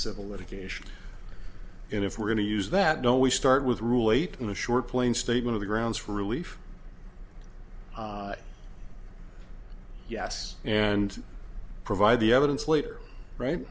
civil litigation and if we're going to use that don't we start with rule eight in the short plain statement of the grounds for relief yes and provide the evidence later right